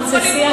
חבר הכנסת גפני,